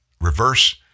reverse